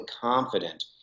confident